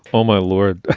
oh, my lord